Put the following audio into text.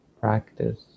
practice